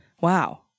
wow